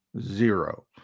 Zero